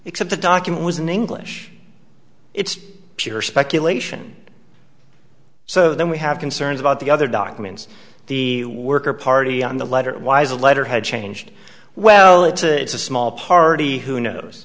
except the document was in english it's pure speculation so then we have concerns about the other documents the work or party on the letter y is a letter had changed well it's a it's a small party who knows